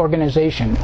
organization